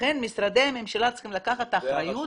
לכן משרדי הממשלה צריכה לקחת את האחריות